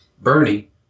Bernie